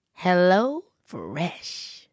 HelloFresh